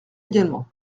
également